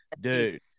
Dude